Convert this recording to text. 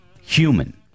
human